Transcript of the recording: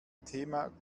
thema